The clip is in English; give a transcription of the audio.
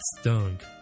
stunk